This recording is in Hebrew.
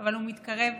אבל הוא מתקרב לזה,